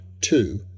two